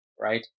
right